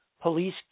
Police